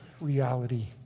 reality